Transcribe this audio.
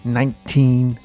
nineteen